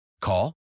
Call